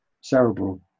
cerebral